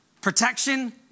protection